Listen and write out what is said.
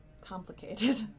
complicated